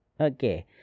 Okay